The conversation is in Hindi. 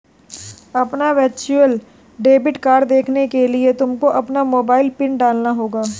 अपना वर्चुअल डेबिट कार्ड देखने के लिए तुमको अपना मोबाइल पिन डालना होगा